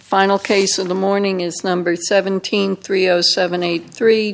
final case in the morning is number seventeen three zero seven eight three